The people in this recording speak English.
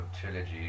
trilogy